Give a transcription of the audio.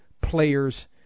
players